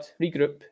regroup